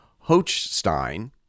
Hochstein